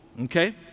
okay